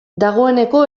dagoeneko